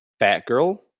Batgirl